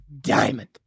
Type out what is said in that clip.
diamond